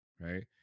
right